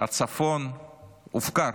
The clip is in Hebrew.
הצפון הופקר.